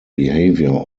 behaviour